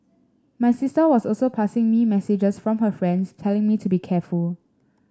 my sister was also passing me messages from her friends telling me to be careful